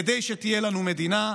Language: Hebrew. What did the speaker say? כדי שתהיה לנו מדינה.